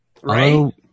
Right